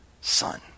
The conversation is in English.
son